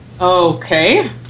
Okay